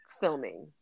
filming